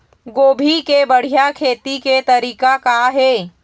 गोभी के बढ़िया खेती के तरीका का हे?